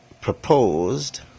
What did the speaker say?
proposed